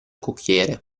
cocchiere